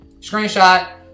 screenshot